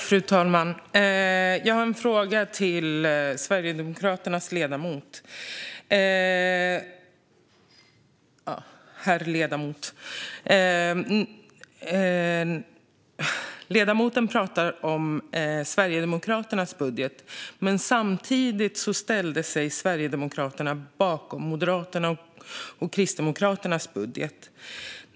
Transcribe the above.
Fru talman! Jag har en fråga till Sverigedemokraternas ledamot - eller herr ledamoten. Ledamoten talar om Sverigedemokraternas budget, men samtidigt ställde sig Sverigedemokraterna bakom Moderaternas och Kristdemokraternas budget.